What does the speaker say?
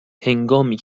هنگامی